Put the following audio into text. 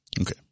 Okay